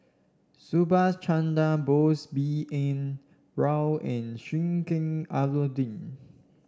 Subhas Chandra Bose B N Rao and Sheik Alau'ddin